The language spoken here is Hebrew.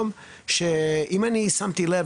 שאם אני שמתי לב,